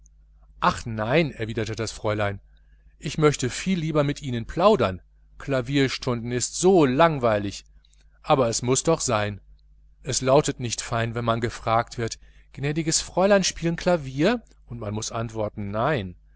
ach nein entgegnete das fräulein ich möchte viel lieber mit ihnen plaudern klavierspielen ist so langweilig aber es muß doch sein es lautet nicht fein wenn man gefragt wird gnädiges fräulein spielen klavier und man muß antworten nein